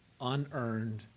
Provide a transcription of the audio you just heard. unearned